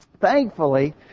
Thankfully